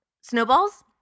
snowballs